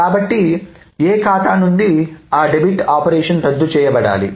కాబట్టి A ఖాతా నుండి ఆ డెబిట్ ఆపరేషన్ రద్దు చేయబడాలి